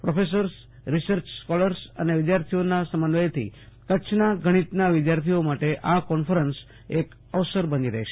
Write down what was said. professors research scholars અને વિદ્યાર્થીઓના સમન્વયથી કચ્છના ગણિતના વિદ્યાર્થીઓ માટે આ કોન્ફરન્સ એક અવસર બની રહેશે